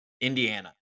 indiana